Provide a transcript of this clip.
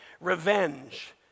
revenge